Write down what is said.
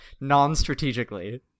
non-strategically